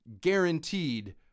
guaranteed